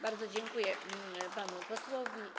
Bardzo dziękuję panu posłowi.